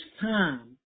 time